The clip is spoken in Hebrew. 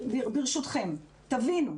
תבינו,